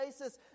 basis